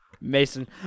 Mason